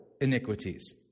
iniquities